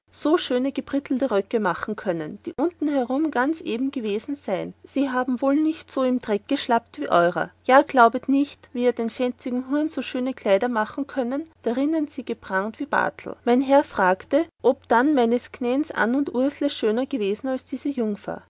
so schöne gebrittelte röcke machen können die unten herum ganz eben gewesen sein sie haben wohl nicht so im dreck geschlappt wie eurer ja ihr glaubet nicht wie er den fänzigen huren so schöne kleider machen können darinnen sie geprangt wie barthel mein herr fragte ob dann meines knäns ann und ursele schöner gewesen als diese jungfer